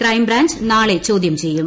crime branch നാളെ ചോദ്യം ചെയ്യും